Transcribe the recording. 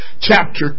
chapter